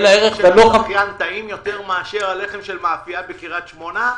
הלחם של הזכיין טעים יותר מהלחם של המאפייה בקריית שמונה?